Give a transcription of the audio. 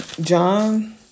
John